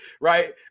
right